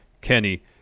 Kenny